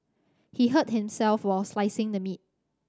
he hurt himself while slicing the meat